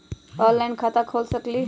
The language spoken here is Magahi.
ऑनलाइन खाता खोल सकलीह?